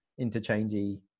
interchangey